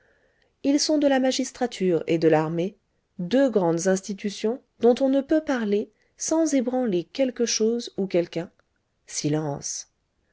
ils sont de la magistrature et de l'armée deux grandes institutions dont on ne peut parler sans ébranler quelque chose ou quelqu'un silence